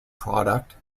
product